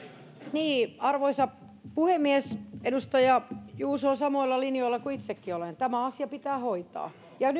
arvoisa puhemies edustaja juuso on samoilla linjoilla kuin itsekin olen tämä asia pitää hoitaa ja